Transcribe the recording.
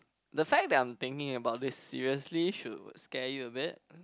the fact that I'm thinking about this seriously should scare you a bit